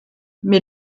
mais